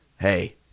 hey